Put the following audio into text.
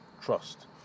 trust